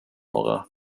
några